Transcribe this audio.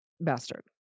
bastard